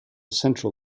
central